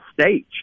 stage